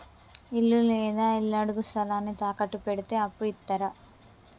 ఇల్లు లేదా ఇళ్లడుగు స్థలాన్ని తాకట్టు పెడితే అప్పు ఇత్తరా?